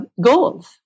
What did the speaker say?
goals